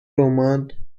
roman